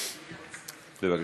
חברים.